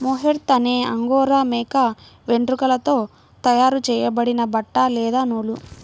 mohair అనేది Angora మేక వెంట్రుకలతో తయారు చేయబడిన బట్ట లేదా నూలు